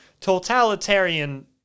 totalitarian